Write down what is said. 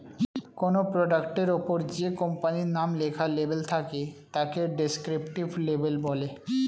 কোনো প্রোডাক্টের ওপরে যে কোম্পানির নাম লেখা লেবেল থাকে তাকে ডেসক্রিপটিভ লেবেল বলে